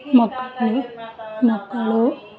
ಮಕ್ಳು ಮಕ್ಕಳು